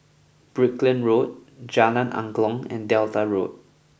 Brickland Road Jalan Angklong and Delta Road